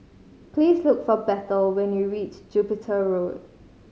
please look for Bethel when you reach Jupiter Road